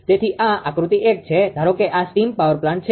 તેથી આ આકૃતિ 1 છે ધારો કે આ સ્ટીમ પાવર પ્લાન્ટ છે